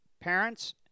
parents